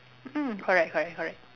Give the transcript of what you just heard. mm correct correct correct